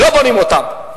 לא בונים אותן.